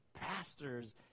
pastors